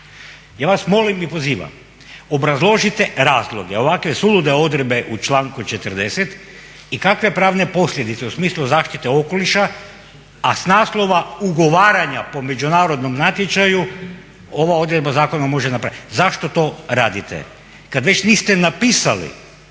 Ja vas molim i pozivam obrazložite razloge ovakve sulude odredbe u članku 40. i kakve pravne posljedice u smislu zaštite okoliša, a s naslova ugovaranja po međunarodnom natječaju ova odredba zakona može napraviti. Zašto to radite? Kad već niste napisali